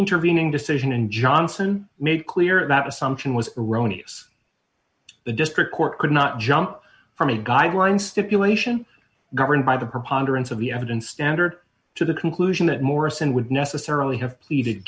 intervening decision and johnson made clear that assumption was erroneous the district court could not jump from a guideline stipulation governed by the preponderance of the evidence standard to the conclusion that morrison would necessarily have pleaded